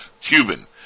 Cuban